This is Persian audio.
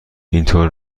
اینطور